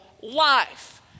life